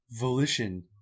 volition